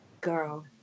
Girl